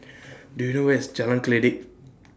Do YOU know Where IS Jalan Kledek